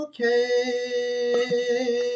Okay